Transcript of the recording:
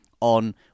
on